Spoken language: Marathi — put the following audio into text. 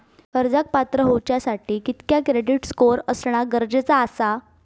कर्जाक पात्र होवच्यासाठी कितक्या क्रेडिट स्कोअर असणा गरजेचा आसा?